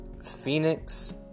phoenix